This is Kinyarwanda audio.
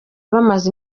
bamaze